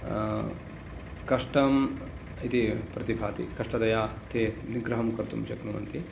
कष्टम् इति प्रतिभाति कष्टतया ते निग्रहं कर्तुं शक्नुवन्ति